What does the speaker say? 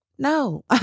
No